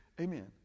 Amen